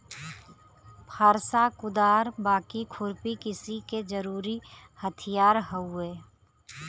फरसा, कुदार, बाकी, खुरपी कृषि के जरुरी हथियार हउवे